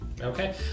Okay